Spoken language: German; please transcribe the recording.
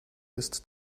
ist